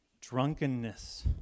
drunkenness